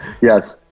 yes